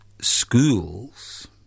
schools